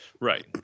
Right